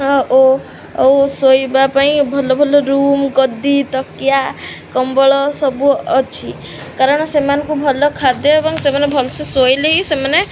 ଓ ଓ ଶୋଇବା ପାଇଁ ଭଲ ଭଲ ରୁମ୍ ଗଦି ତକିଆ କମ୍ବଳ ସବୁ ଅଛି କାରଣ ସେମାନଙ୍କୁ ଭଲ ଖାଦ୍ୟ ଏବଂ ସେମାନେ ଭଲସେ ଶୋଇଲେ ହିଁ ସେମାନେ